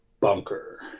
bunker